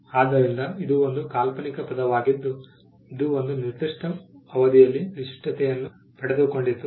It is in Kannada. ಆದ್ದರಿಂದ ಇದು ಒಂದು ಕಾಲ್ಪನಿಕ ಪದವಾಗಿದ್ದು ಇದು ಒಂದು ನಿರ್ದಿಷ್ಟ ಅವಧಿಯಲ್ಲಿ ವಿಶಿಷ್ಟತೆಯನ್ನು ಪಡೆದುಕೊಂಡಿತು